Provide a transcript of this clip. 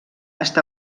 està